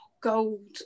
Gold